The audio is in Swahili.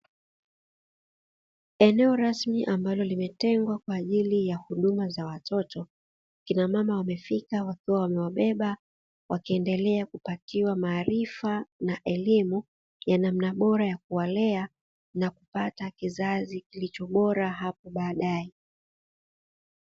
Eneo rasmi ambalo limetengwa kwa ajili ya huduma za watoto, kina mama wamefika wakiwa wamewabeba wakiendele kupatiwa maarifa na elimu ya namna bora ya kuwalea na kupata kizazi kilicho bora hapo baadae.